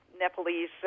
Nepalese